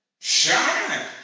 Shine